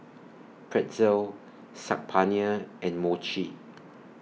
Pretzel Saag Paneer and Mochi